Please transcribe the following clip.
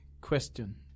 question